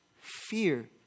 fear